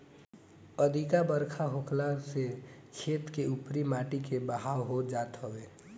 अधिका बरखा होखला से खेत के उपरी माटी के बहाव होत जात हवे